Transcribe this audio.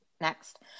Next